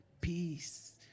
peace